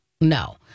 no